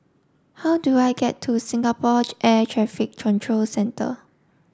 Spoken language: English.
how do I get to Singapore Air Traffic Control Centre